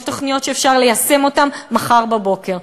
יש תוכניות שאפשר ליישם מחר בבוקר.